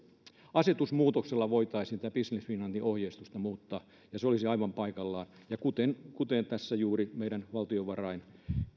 asetusmuutoksella voitaisiin tätä business finlandin ohjeistusta muuttaa ja se olisi aivan paikallaan kuten kuten juuri tässä meidän valtiovarainkin